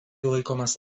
laikomas